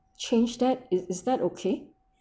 change that is is that okay